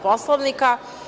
Poslovnika.